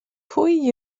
pwy